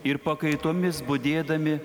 ir pakaitomis budėdami